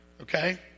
okay